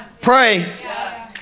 pray